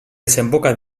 desemboca